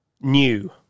new